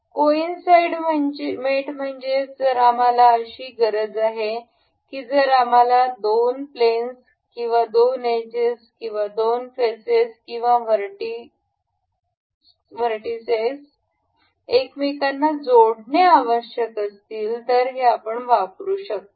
coincide mate म्हणजे जर आम्हाला अशी गरज आहे की जर आपल्याला दोन प्लेन्स किंवा दोन एजेस किंवा दोन फेसेस किंवा व्हर्टीसेस एकमेकांना जोडणे आवश्यक असतील तर आपण हे वापरू शकतो